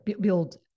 build